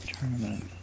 tournament